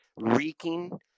reeking